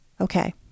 okay